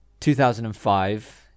2005